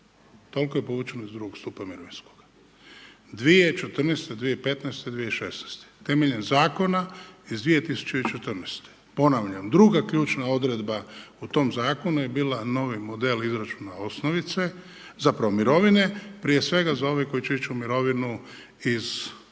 Toliko je povučeno iz II. stupa mirovinskog, 2014. i 2015. i 2016. temeljem zakona iz 2014. Ponavljam druga ključna odredba u tom zakona je bila novi model izračuna osnovice zapravo mirovine prije svega za ove koji će ići u mirovinu iz I.